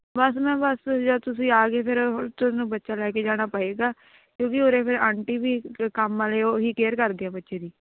ਬਸ ਮੈਂ ਬਸ ਤੁਸੀਂ ਜਦੋਂ ਤੁਸੀਂ ਆ ਗਏ ਫਿਰ ਤੁਹਾਨੂੰ ਬੱਚਾ ਲੈ ਕੇ ਜਾਣਾ ਪਏਗਾ ਕਿਉਂਕਿ ਉਰੇ ਫਿਰ ਆਂਟੀ ਵੀ ਕ ਕੰਮ ਵਾਲੇ ਓਹੀ ਕੇਅਰ ਕਰਦੇ ਆ ਬੱਚੇ ਦੀ